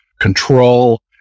control